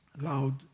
loud